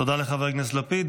תודה לחבר הכנסת לפיד.